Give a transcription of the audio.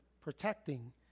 protecting